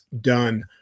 done